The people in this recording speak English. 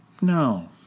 No